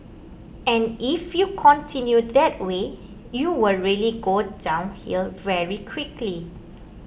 and if you continue that way you will really go downhill very quickly